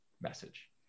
message